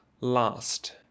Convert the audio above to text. last